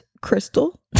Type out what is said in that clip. crystal